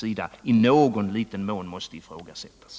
i någon liten mån måste ifrågasättas?